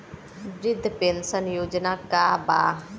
वृद्ध पेंशन योजना का बा?